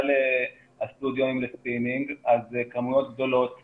כלל חדרי הסטודיו לספינינג אז כמויות גדולות